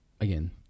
again